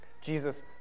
Jesus